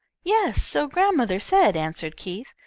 yes, so grandmother said, answered keith.